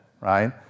right